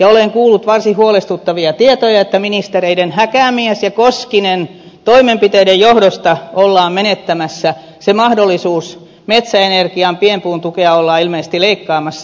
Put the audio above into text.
olen kuullut varsin huolestuttavia tietoja että ministereiden häkämies ja koskinen toimenpiteiden johdosta ollaan menettämässä se mahdollisuus metsäenergian pienpuun tukea ollaan ilmeisesti leikkaamassa